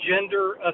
gender